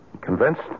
Convinced